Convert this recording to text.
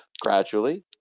gradually